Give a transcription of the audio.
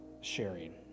sharing